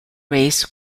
race